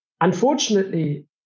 Unfortunately